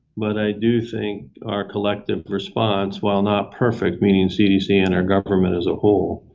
but i do think our collective response, while not perfect meaning cdc and our government as a whole